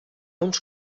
uns